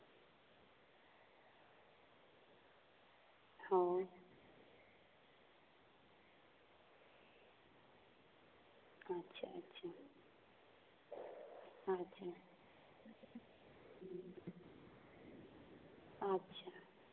ᱦᱳᱭ ᱟᱪᱪᱷᱟ ᱟᱪᱪᱷᱟ ᱟᱪᱪᱷᱟ ᱟᱪᱪᱷᱟ